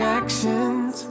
actions